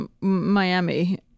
Miami